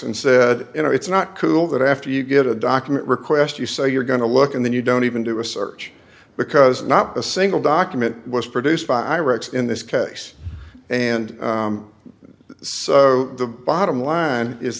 and said you know it's not cool that after you get a document request you say you're going to look and then you don't even do a search because not a single document was produced by rex in this case and so the bottom line is